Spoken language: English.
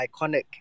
iconic